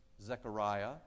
Zechariah